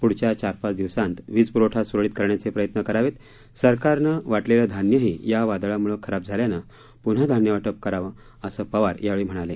पुढच्या चार पाच दिवसांत वीज पुरवठा सुरळीत करण्याचे प्रयत्न करावेत सरकारने वाटलेलं धान्यही या वादळामुळे खराब झाल्याने पुन्हा धान्यवाटप करावं असं पवार यावेळी म्हणाले